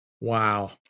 Wow